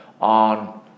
on